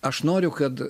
aš noriu kad